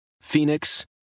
Phoenix